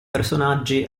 personaggi